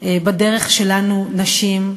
בדרך שלנו, נשים,